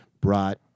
brought